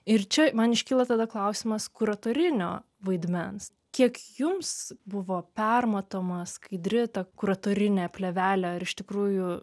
ir čia man iškyla tada klausimas kuratorinio vaidmens kiek jums buvo permatoma skaidri ta kuratorinė plėvelė ar iš tikrųjų